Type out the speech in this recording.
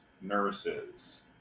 nurses